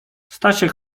stasiek